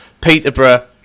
Peterborough